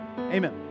Amen